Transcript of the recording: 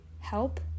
help